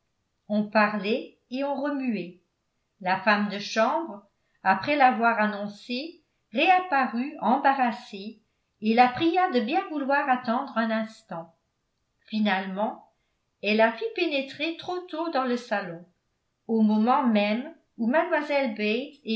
on parlait et on remuait la femme de chambre après l'avoir annoncée réapparut embarrassée et la pria de bien vouloir attendre un instant finalement elle la fit pénétrer trop tôt dans le salon au moment même où